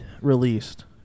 released